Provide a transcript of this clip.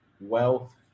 wealth